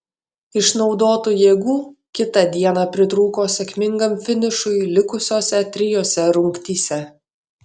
išnaudotų jėgų kitą dieną pritrūko sėkmingam finišui likusiose trijose rungtyse